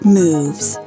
moves